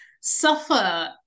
suffer